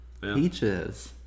Peaches